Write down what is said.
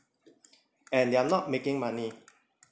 and they're not making money